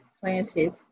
planted